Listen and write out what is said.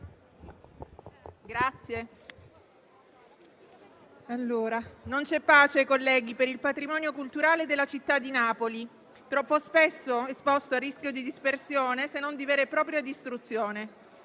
non c'è pace per il patrimonio culturale della città di Napoli, troppo spesso esposto al rischio di dispersione, se non di vera e propria distruzione.